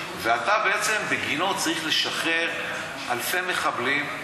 ובגינו אתה צריך לשחרר אלפי מחבלים,